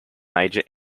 major